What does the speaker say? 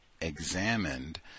examined